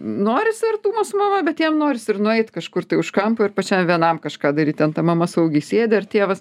norisi artumo su mama bet jam norisi ir nueit kažkur tai už kampo ir pačiam vienam kažką daryt ten ta mama saugiai sėdi ar tėvas